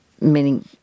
meaning